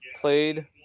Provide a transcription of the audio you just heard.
Played